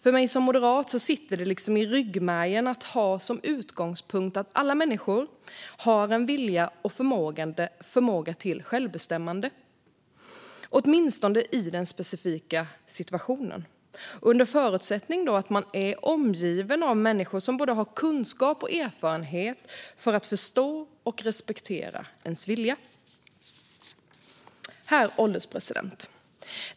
För mig som moderat sitter det i ryggmärgen att ha som utgångspunkt att alla människor har en vilja och förmåga till självbestämmande, åtminstone i den specifika situationen, under förutsättning att man är omgiven av människor som har kunskap och erfarenhet nog för att förstå och respektera ens vilja. Herr ålderspresident!